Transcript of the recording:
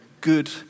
good